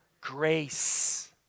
Grace